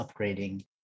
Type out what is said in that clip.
upgrading